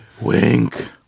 Wink